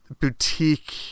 boutique